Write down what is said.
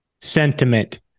sentiment